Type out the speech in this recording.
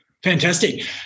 Fantastic